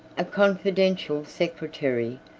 a confidential secretary,